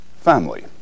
family